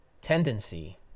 tendency